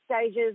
stages